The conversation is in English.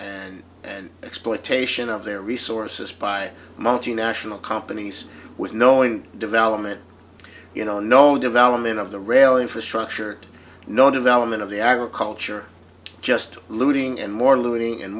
and and exploitation of their resources by multinational companies with knowing development you know known development of the rail infrastructure no development of the agriculture just looting and more looting and